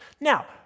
Now